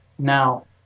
Now